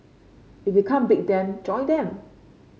if you can't beat them join them